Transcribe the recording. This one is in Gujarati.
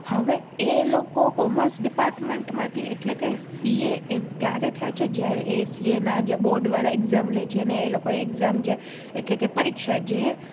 હવે એ લોકો કોમર્સ ડીપાર્ટમેન્ટ માંથી એટલે કે સીએ એ ત્યારે થયાં છે જ્યારે એ સીએના જે બોર્ડ વાળા એક્ઝામ લે છે અને એ લોકોએ એક્ઝામ જે એટલે કે પરીક્ષા જે